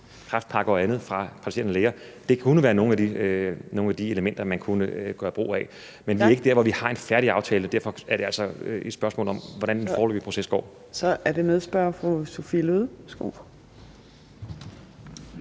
kræftpakker og andet? Det kunne være nogle af de elementer, man kunne gøre brug af. Men vi er ikke der, hvor vi har en færdig aftale, og derfor er det altså et spørgsmål om, hvordan den foreløbige proces går. Kl. 15:49 Fjerde næstformand